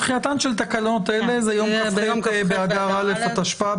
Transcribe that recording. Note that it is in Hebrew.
תחילתן של תקנות אלה זה יום כ"ח באדר א' התשפ"ב,